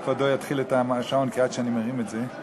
אולי כבודו לא יתחיל את השעון עד שאני מרים את זה.